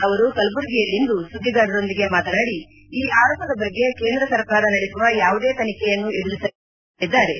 ಅವರು ಕಲಬುರಗಿಯಲ್ಲಿಂದು ಸುದ್ದಿಗಾರರೊಂದಿಗೆ ಮಾತನಾಡಿ ಈ ಆರೋಪದ ಬಗ್ಗೆ ಕೇಂದ್ರ ಸರ್ಕಾರ ನಡೆಸುವ ಯಾವುದೇ ತನಿಖೆಯನ್ನು ಎದುರಿಸಲು ತಾವು ಸಿದ್ದ ಎಂದು ಹೇಳಿದ್ದಾರೆ